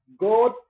God